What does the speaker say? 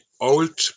old